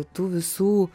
tų visų